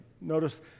Notice